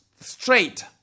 straight